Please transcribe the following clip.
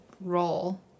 role